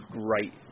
great